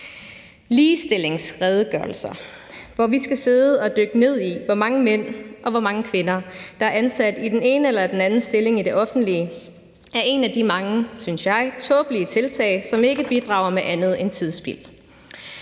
Ligestillingsredegørelser, hvor vi skal sidde og dykke ned i, hvor mange mænd og hvor mange kvinder der er ansat i den ene eller den anden stilling i det offentlige, er et af de mange, synes jeg, tåbelige tiltag, som ikke bidrager med andet end tidsspild.